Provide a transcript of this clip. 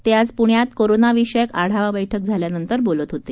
ते आज पुण्यात कोरोना विषयक आढावा बैठक झाल्यानंतर बोलत होते